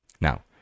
Now